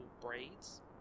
braids